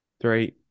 Three